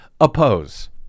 oppose